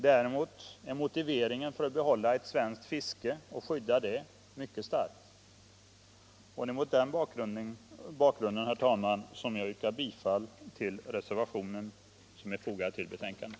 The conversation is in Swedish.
Däremot är motiveringen för att behålla och skydda det svenska fisket mycket starkt. Det är mot denna bakgrund, herr talman, som jag yrkar bifall till reservationen vid betänkandet.